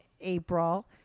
april